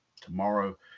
tomorrow